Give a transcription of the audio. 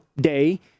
day